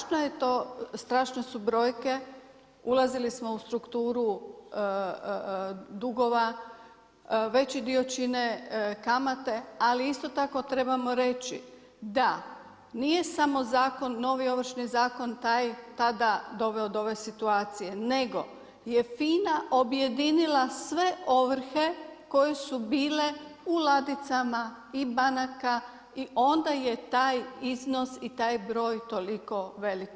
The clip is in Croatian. Strašno je to, strašne su brojke, ulazili smo u strukturu dugova, veći dio čine kamate, ali isto tako trebamo reći, da nije samo novi Ovršni zakon taj tada doveo do ove situacije, nego je FINA objedinila sve ovrhe koje su bile u ladicama i banaka i onda je taj iznos i taj broj toliko velik.